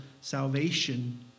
salvation